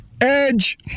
edge